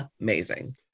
amazing